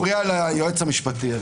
אתה מפריע ליועץ המשפטי.